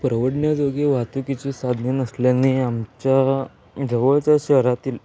परवडण्याजोगी वाहतुकीची साधने नसल्याने आमच्या जवळच्या शहरातील